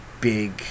big